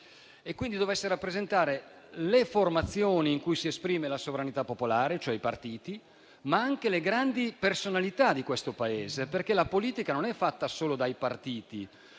dovesse rappresentare le formazioni in cui si esprime la sovranità popolare, cioè i partiti, ma anche le grandi personalità del Paese. La politica infatti non è fatta solo dai partiti,